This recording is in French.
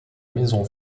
maison